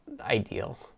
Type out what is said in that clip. ideal